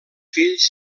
fills